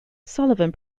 sullivan